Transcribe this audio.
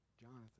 Jonathan